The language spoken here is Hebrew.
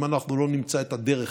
אם אנחנו לא נמצא את הדרך